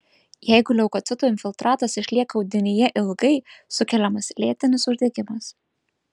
jeigu leukocitų infiltratas išlieka audinyje ilgai sukeliamas lėtinis uždegimas